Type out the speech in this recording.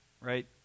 right